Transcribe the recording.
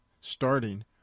starting